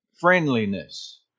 friendliness